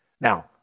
Now